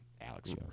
Alex